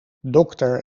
dokter